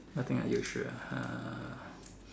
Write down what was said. nothing unusual ah